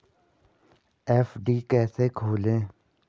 FD कैसे खोलें?